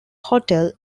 hotel